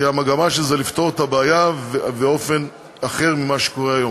כי המגמה היא לפתור את הבעיה באופן אחר ממה שקורה היום.